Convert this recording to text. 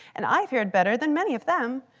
and i fared better than many of them.